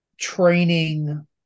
training